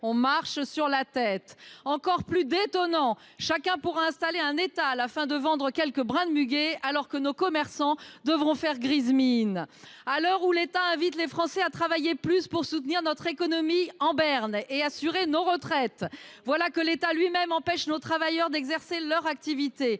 On marche sur la tête. Encore plus détonant, chacun pourra installer un étal afin de vendre quelques brins de muguets alors que nos commerçants devront faire grise mine. à l'heure où l'Etat invite les Français à travailler plus pour soutenir notre économie en berne et assurer nos retraites. Voilà que l'Etat lui-même empêche nos travailleurs d'exercer leur activité,